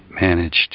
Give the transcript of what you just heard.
managed